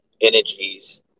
energies